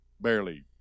barely